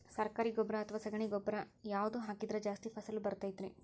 ಸರಕಾರಿ ಗೊಬ್ಬರ ಅಥವಾ ಸಗಣಿ ಗೊಬ್ಬರ ಯಾವ್ದು ಹಾಕಿದ್ರ ಜಾಸ್ತಿ ಫಸಲು ಬರತೈತ್ರಿ?